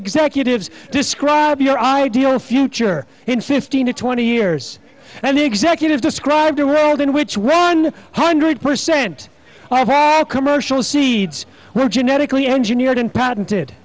executives describe your ideal future in fifteen to twenty years and executives describe the world in which one hundred percent commercial seeds were genetically engineered and patented